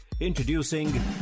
Introducing